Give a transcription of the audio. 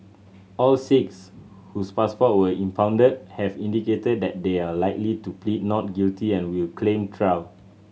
all six whose passport were impounded have indicated that they are likely to plead not guilty and will claim trial